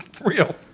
real